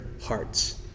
hearts